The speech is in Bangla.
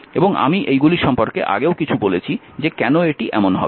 এবং আমি এইগুলি সম্পর্কে আগেও কিছু বলেছি যে কেন এটি এমন হবে